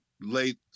late